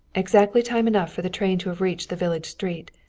exactly time enough for the train to have reached the village street,